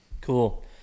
Cool